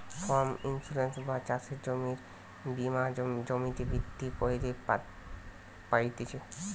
farm insurance বা চাষের জমির বীমা জমিতে ভিত্তি কইরে পাইতেছি